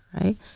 right